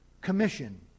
commission